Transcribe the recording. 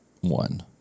one